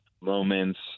moments